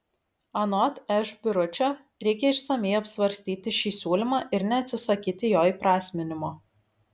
anot š biručio reikia išsamiai apsvarstyti šį siūlymą ir neatsisakyti jo įprasminimo